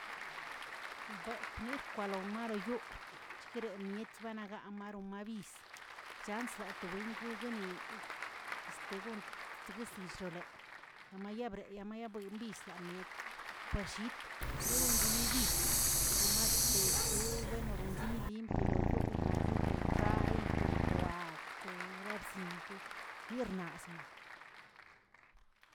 Bekwꞌnirk kwalomaroyu'u, chjeremitch banaꞌgaꞌa maromabiz chanzlatowingəgniꞌ este gont tguezellcholeꞌe, namayabreꞌe namayaꞌnmbizəlamiet par llit nieron dinibiz nomaste eske buenonzinimil pero yoonan to xay wag to rabzingə yirnaꞌzmaa.